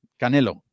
Canelo